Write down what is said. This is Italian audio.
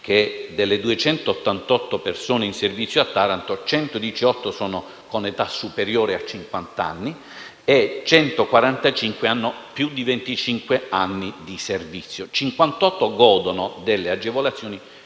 delle 288 persone in servizio a Taranto, 118 sono con età superiore a cinquant'anni e 145 hanno più di venticinque anni di servizio e 58 godono delle agevolazioni